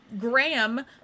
Graham